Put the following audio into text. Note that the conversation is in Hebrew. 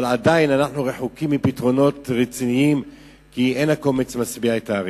אנחנו עדיין רחוקים מפתרונות רציניים כי אין הקומץ משביע את הארי.